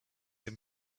him